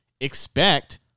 expect